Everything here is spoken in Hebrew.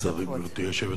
גברתי היושבת-ראש,